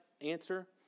answer